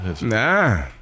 Nah